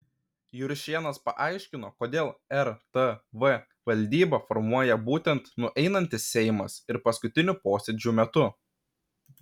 juršėnas paaiškino kodėl rtv valdybą formuoja būtent nueinantis seimas ir paskutinių posėdžių metu